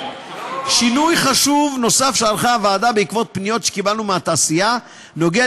שינוי חשוב נוסף שעשתה הוועדה בעקבות פניות שקיבלנו מהתעשייה נוגע